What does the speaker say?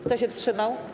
Kto się wstrzymał?